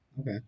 Okay